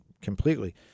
completely